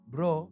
Bro